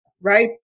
right